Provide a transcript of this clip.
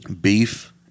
beef